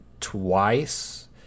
twice